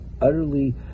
utterly